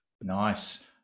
Nice